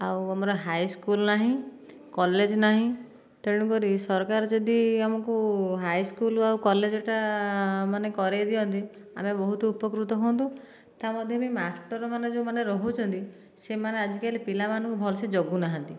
ଆଉ ଆମର ହାଇସ୍କୁଲ ନାହିଁ କଲେଜ୍ ନାହିଁ ତେଣୁକରି ସରକାର ଯଦି ଆମକୁ ହାଇସ୍କୁଲ୍ ଆଉ କଲେଜଟା ମାନେ କରେଇ ଦିଅନ୍ତେ ଆମେ ବହୁତ ଉପକୃତ ହୁଅନ୍ତୁ ତା' ମଧ୍ୟବି ମାଷ୍ଟରମାନେ ଯେଉଁମାନେ ରହୁଛନ୍ତି ସେମାନେ ଆଜିକାଲି ପିଲାମାନଙ୍କୁ ଭଲସେ ଜଗୁନାହାନ୍ତି